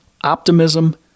optimism